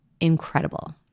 incredible